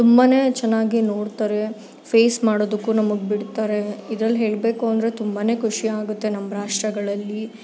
ತುಂಬಾ ಚೆನ್ನಾಗಿ ನೋಡ್ತಾರೆ ಫೇಸ್ ಮಾಡೋದಕ್ಕು ನಮಗ್ ಬಿಡ್ತಾರೆ ಇದ್ರಲ್ಲಿ ಹೇಳಬೇಕು ಅಂದರೆ ತುಂಬಾ ಖುಷಿಯಾಗುತ್ತೆ ನಮ್ಮ ರಾಷ್ಟ್ರಗಳಲ್ಲಿ